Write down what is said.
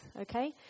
okay